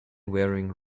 wearing